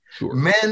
Men